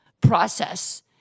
process